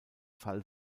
fall